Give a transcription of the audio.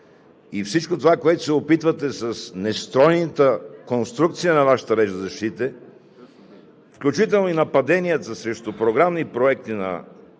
и всичко това, което се опитвате с нестройната конструкция на Вашата реч да защитите, включително и нападенията срещу програмни проекти на